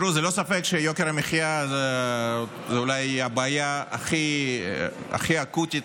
אין ספק שיוקר המחיה זו אולי הבעיה הכי אקוטית